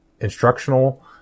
instructional